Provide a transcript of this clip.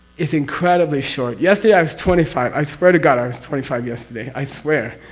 is incredibly short. yesterday i was twenty five, i swear to god i was twenty five yesterday, i swear,